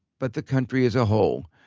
but the country as a whole.